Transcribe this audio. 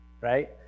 right